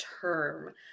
term